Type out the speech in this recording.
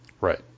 Right